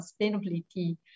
sustainability